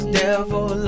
devil